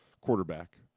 Quarterback